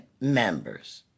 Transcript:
members